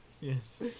Yes